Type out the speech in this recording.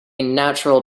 natural